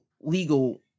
legal